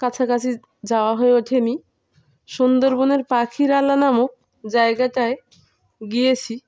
কাছাকাছি যাওয়া হয়ে ওঠেেনি সুন্দরবনের পাখির আলা নামক জায়গাটায় গিয়েছি